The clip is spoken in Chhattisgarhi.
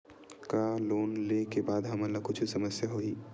का लोन ले के बाद हमन ला कुछु समस्या होही?